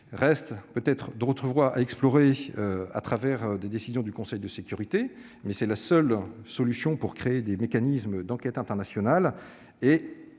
D'autres voies restent à explorer, au travers des décisions du Conseil de sécurité : c'est la seule solution pour créer des mécanismes d'enquête internationale.